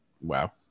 Wow